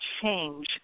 change